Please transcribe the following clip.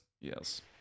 yes